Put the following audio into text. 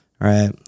right